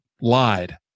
lied